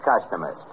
customers